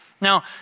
Now